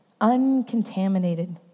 uncontaminated